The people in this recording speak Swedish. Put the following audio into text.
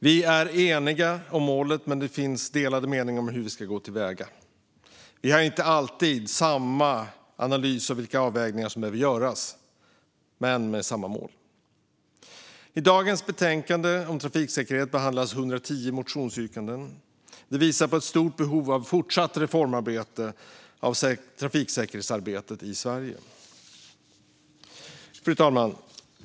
Vi är eniga om målet, men det finns delade meningar om hur vi ska gå till väga. Vi har inte alltid samma analys av vilka avvägningar som behöver göras, men vi har samma mål. I dagens betänkande om trafiksäkerhet behandlas 110 motionsyrkanden. Det visar på det stora behovet av fortsatta reformer av trafiksäkerhetsarbetet i Sverige. Fru talman!